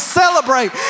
celebrate